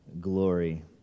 glory